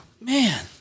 Man